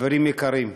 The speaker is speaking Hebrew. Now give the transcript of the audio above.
חברים יקרים,